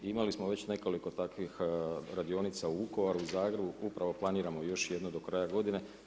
I imali smo već nekoliko takvih radionica u Vukovaru, Zagrebu, upravo planiramo još jednu do kraja godine.